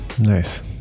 Nice